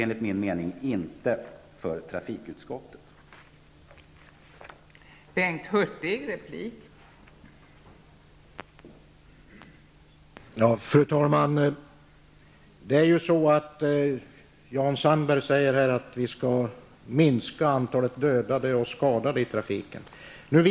Enligt min mening skall trafikutskottet inte lastas för det.